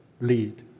Lead